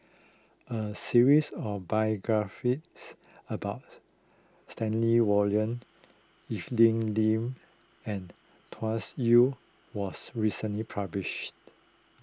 a series of biographies about Stanley Warren Evelyn Lip and Tsung Yu was recently published